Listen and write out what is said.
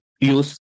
use